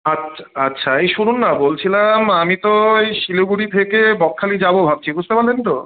আচ্ছা আচ্ছা এই শুনুন না বলছিলাম আমি তো এই শিলিগুড়ি থেকে বকখালি যাব ভাবছি বুঝতে পারলেন তো